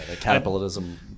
Capitalism